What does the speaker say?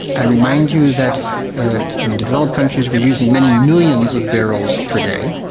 i remind you that in developed countries we're using many millions of barrels per day,